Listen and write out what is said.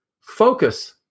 Focus